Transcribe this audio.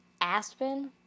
Aspen